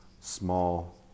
small